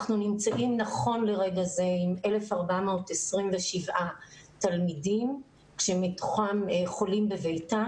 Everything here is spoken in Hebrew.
אנחנו נמצאים נכון לרגע זה עם 1,427 תלמידים חולים בביתם